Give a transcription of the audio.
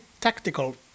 tactical